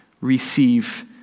receive